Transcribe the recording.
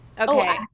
okay